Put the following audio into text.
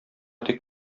тик